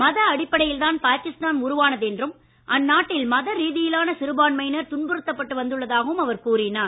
மத அடிப்படையில்தான் பாகிஸ்தான் உருவானது என்றும் அந்நாட்டில் மத ரீதியிலான சிறுபான்மையினர் துன்புறுத்தப்பட்டு வந்துள்ளதாகவும் அவர் கூறினார்